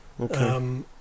Okay